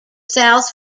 south